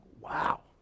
wow